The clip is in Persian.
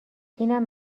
اینم